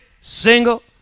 single